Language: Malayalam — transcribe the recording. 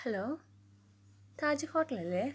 ഹലോ താജ് ഹോട്ടലല്ലേ